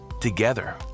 Together